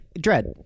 Dread